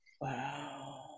wow